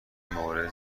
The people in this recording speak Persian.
مورد